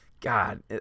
God